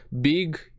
big